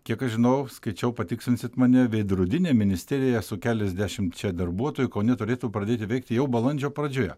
kiek aš žinau skaičiau patikslinsit mane veidrodinė ministerija su keliasdešimčia darbuotojų kaune turėtų pradėti veikti jau balandžio pradžioje